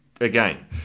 again